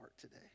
today